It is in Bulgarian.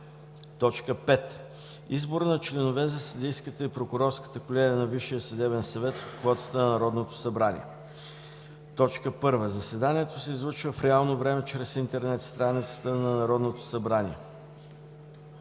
V. Избор на членове за съдийската и за прокурорската колегия на Висшия съдебен съвет от квотата на Народното събрание 1. Заседанието се излъчва в реално време чрез интернет страницата на Народното събрание.